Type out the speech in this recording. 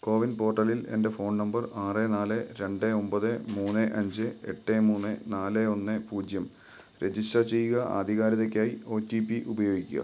കോ win പോർട്ടലിൽ എൻ്റെ phone number ആറ് നാല് രണ്ട് ഒൻപത് മൂന്ന് അഞ്ച് എട്ട് മൂന്ന് നാല് ഒന്ന് പൂജ്യം രജിസ്റ്റർ ചെയ്യുക ആധികാരിതയ്ക്കായി ഒ റ്റി പി ഉപയോഗിക്കുക